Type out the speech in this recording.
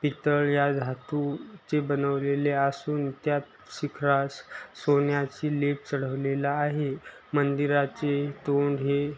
पितळ या धातूचे बनवलेले असून त्यात शिखरास सोन्याचा लेप चढवलेला आहे मंदिराचे तोंड हे